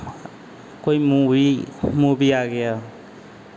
कोई movie movie आ गया